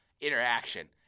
interaction